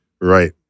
right